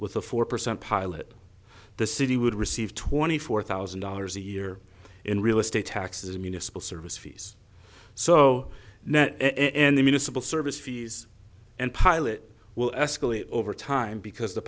with a four percent pilot the city would receive twenty four thousand dollars a year in real estate taxes municipal service fees so net and the municipal service fees and pilot will escalate over time because the